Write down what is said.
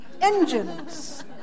engines